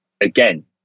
again